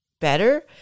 better